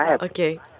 Okay